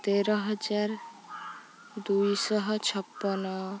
ତେର ହଜାର ଦୁଇଶହ ଛପନ